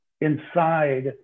inside